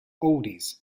oldies